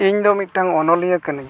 ᱤᱧᱫᱚ ᱢᱤᱫᱴᱟᱝ ᱚᱱᱚᱞᱤᱭᱟᱹ ᱠᱟᱹᱱᱟᱹᱧ